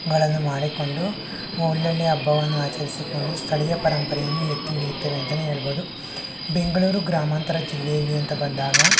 ಗಳನ್ನು ಮಾಡಿಕೊಂಡು ಒಳ್ಳೊಳ್ಳೆ ಹಬ್ಬವನ್ನು ಆಚರಿಸಿಕೊಂಡು ಸ್ಥಳೀಯ ಪರಂಪರೆಯನ್ನು ಎತ್ತಿ ಹಿಡಿಯುತ್ತೇವೆ ಅಂತಲೇ ಹೇಳ್ಬೋದು ಬೆಂಗಳೂರು ಗ್ರಾಮಾಂತರ ಜಿಲ್ಲೆಯಲ್ಲಿ ಅಂತ ಬಂದಾಗ